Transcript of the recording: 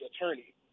attorney